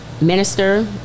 minister